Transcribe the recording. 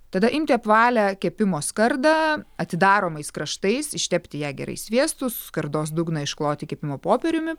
tada imti apvalią kepimo skardą atidaromais kraštais ištepti ją gerai sviestu skardos dugną iškloti kepimo popieriumi